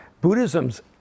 Buddhism's